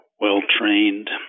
well-trained